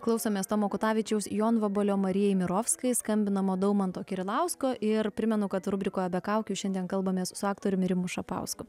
klausomės tomo kutavičiaus jonvabalio marijai mirofskai skambinama daumanto kirilausko ir primenu kad rubrikoje be kaukių šiandien kalbamės su aktoriumi rimu šapausku